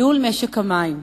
ניהול משק המים.